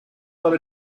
for